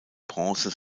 bronze